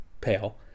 pale